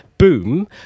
boom